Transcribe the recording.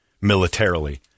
militarily